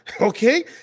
okay